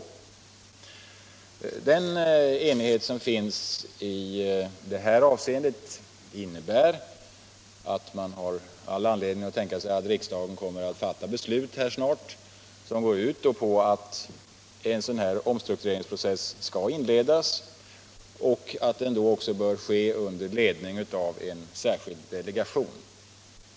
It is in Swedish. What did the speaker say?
Den enighet som finns i det här avseendet innebär att man har all anledning att tänka sig att riksdagen snart kommer att fatta beslut som går ut på att en omstrukturering skall inledas och att den bör ske under ledning av en särskild delegation.